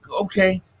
okay